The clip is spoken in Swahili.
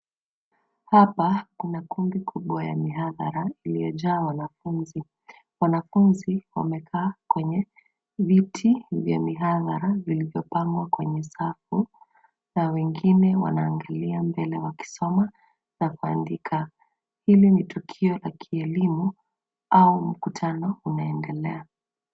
Hapa kuna kundi kubwa ya mihadhara imejaa wanafunzi. Wanafunzi wamekaa kwenye viti vya mihadhara vilivyopangwa kwenye safu na wengine wanaangalia mbele wakisoma na kuandika. Hili tukio la kielimu au mkutano unaendelea.